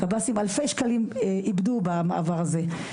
קב"סים אלפי שקלים איבדו במעבר הזה.